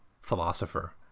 philosopher